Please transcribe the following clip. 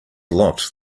locked